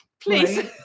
please